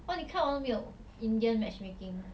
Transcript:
!wah! 你看完了没有 indian matchmaking